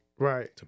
Right